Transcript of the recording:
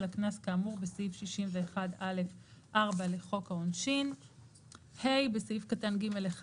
הקנס כאמור בסעיף 61(א)(4) לחוק העונשין."; (ה) בסעיף קטן (ג)(1),